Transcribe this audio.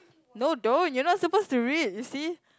no don't you're not supposed to read you see